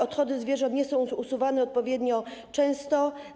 Odchody zwierząt nie są usuwane odpowiednio często.